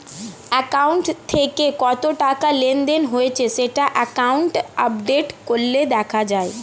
account থেকে কত টাকা লেনদেন হয়েছে সেটা অ্যাকাউন্ট আপডেট করলে দেখা যায়